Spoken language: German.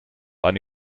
eine